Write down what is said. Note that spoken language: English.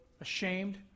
ashamed